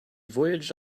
voyaged